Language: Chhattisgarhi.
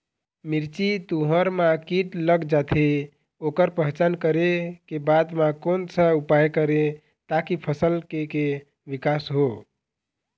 मिर्ची, तुंहर मा कीट लग जाथे ओकर पहचान करें के बाद मा कोन सा उपाय करें ताकि फसल के के विकास हो?